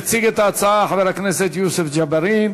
יציג את ההצעה חבר הכנסת יוסף ג'בארין.